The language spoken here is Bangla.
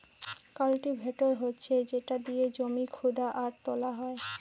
কাল্টিভেটর হচ্ছে যেটা দিয়ে জমি খুদা আর তোলা হয়